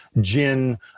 gin